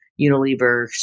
Unilever